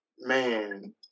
man